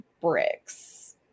bricks